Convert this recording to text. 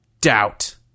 doubt